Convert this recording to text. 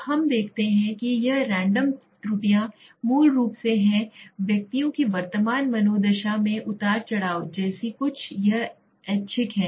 अब हम देखते हैं कि यह रैंडम त्रुटियाँ मूल रूप से हैं व्यक्तियों की वर्तमान मनोदशा में उतार चढ़ाव जैसी कुछ चीज यह यादृच्छिक है